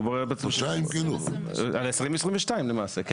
על 2022 למעשה.